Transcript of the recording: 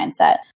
mindset